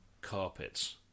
carpets